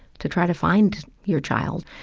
to try to find your child.